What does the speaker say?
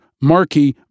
Markey